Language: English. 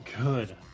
good